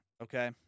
Okay